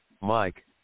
Mike